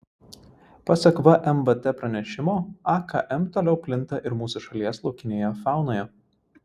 pasak vmvt pranešimo akm toliau plinta ir mūsų šalies laukinėje faunoje